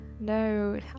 no